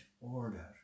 order